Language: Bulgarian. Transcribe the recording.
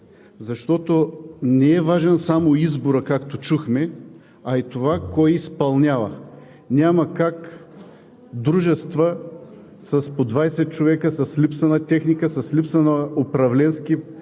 защото не е важен само изборът, както чухме, а и това кой изпълнява. Няма как дружества с по 20 човека, липса на техника, липса на управленски